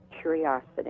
curiosity